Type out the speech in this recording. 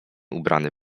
ubrany